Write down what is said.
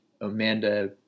amanda